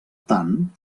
tant